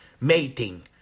mating